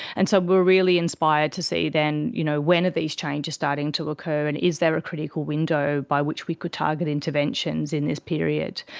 and so we are really inspired to see then you know when are these changes starting to occur and is there a critical window by which we could target interventions in this period?